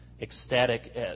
ecstatic